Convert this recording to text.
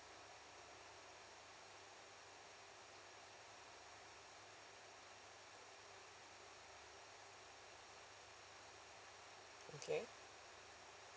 okay